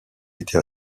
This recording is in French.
été